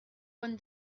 won